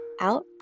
out